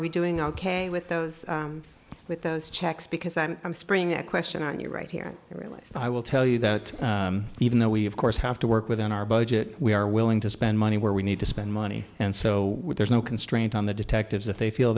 we doing ok with those with those checks because i'm i'm spring a question on you right here really i will tell you that even though we of course have to work within our budget we are willing to spend money where we need to spend money and so there's no constraint on the detectives if they feel